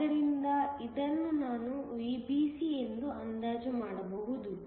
ಆದ್ದರಿಂದ ಇದನ್ನು ನಾನು VBC ಎಂದು ಅಂದಾಜು ಮಾಡಬಹುದು